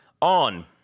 on